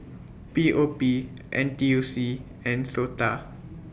P O P N T U C and Sota